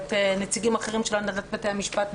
או נציגים אחרים של הנהלת בתי המשפט,